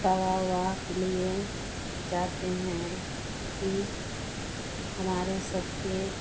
दवा उवा के लिए जाते हैं कि हमारे सबके